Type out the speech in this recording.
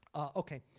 okay.